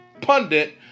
pundit